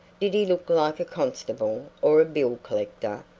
did he look like a constable or a bill-collector?